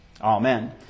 Amen